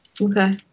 Okay